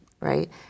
Right